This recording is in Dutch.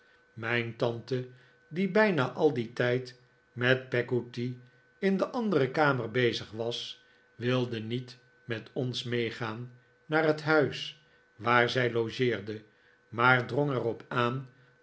mijn tante die bijna al dien tijd met peggotty in de andere kamer bezig was wilde niet met ons meegaan naar het huis waar zij logeerden maar drong er op aan